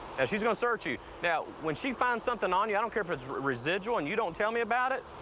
and she's going to search you. now, when she finds something on you, i don't care if it's residual, and you don't tell me about it.